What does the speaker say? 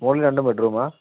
മുകളിൽ രണ്ടു ബെഡ്റൂമാ